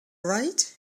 right